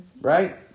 right